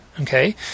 okay